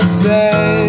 say